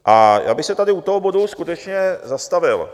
A já bych se tady u toho bodu skutečně zastavil.